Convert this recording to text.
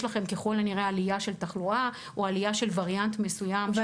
להם ככל הנראה עלייה של תחלואה או עלייה של וריאנט מסוים.